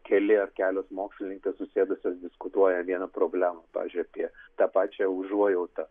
keli ar kelios mokslininkės susėdusios diskutuoja vieną problemą pavyzdžiui apie tą pačią užuojautą